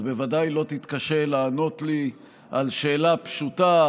אז ודאי לא תתקשה לענות לי על שאלה פשוטה,